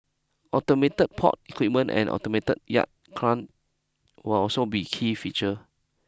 automated port equipment and automated yard will also be key feature